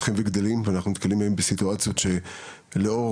להשכרה הולכים וגדלים ואנחנו נתקלים היום בסיטואציות שבהן לאור